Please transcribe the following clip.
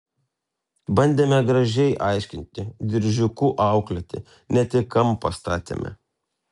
bandėme gražiai aiškinti diržiuku auklėti net į kampą statėme